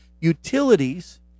utilities